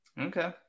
okay